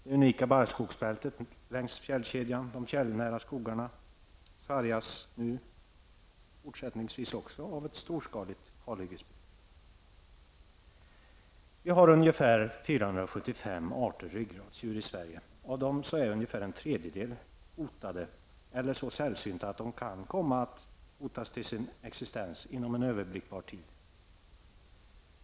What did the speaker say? Det unika barrskogsbältet längs fjällkedjan och de fjällnära skogarna sargas nu och fortsättningsvis av storskalig kalhuggning. Vi har ungefär 475 arter ryggradsdjur i Sverige. Av dem är ungefär en trejdjedel hotade eller så sällsynta att de kan komma att hotas till sin existens inom en överblickbar tid.